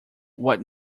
what